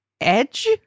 edge